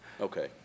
Okay